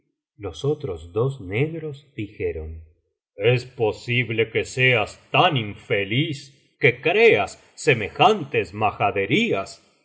los otros dos negros dijeron es posible que seas tan infeliz que creas semejantes majaderías